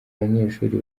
abanyeshuri